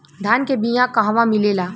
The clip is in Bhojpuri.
धान के बिया कहवा मिलेला?